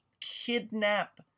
kidnap